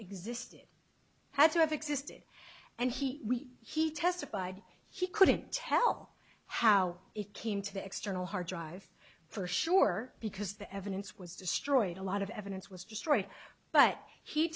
existed had to have existed and he he testified he couldn't tell how it came to the external hard drive for sure because the evidence was destroyed a lot of evidence was destroyed but he